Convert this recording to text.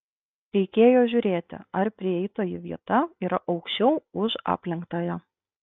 reikėjo žiūrėti ar prieitoji vieta yra aukščiau už aplenktąją